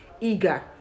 eager